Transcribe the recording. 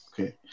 okay